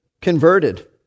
converted